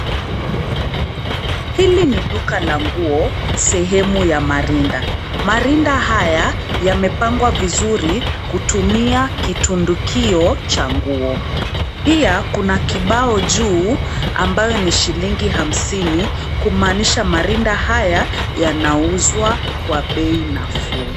Hili ni duka la nguo, sehemu ya marinda. Marinda haya yamepangwa vizuri kutumia kitundukio cha nguo. Pia, kuna kibao juu ambacho ni shilingi hamsini, kumaanisha marinda haya yanauzwa kwa bei nafuu.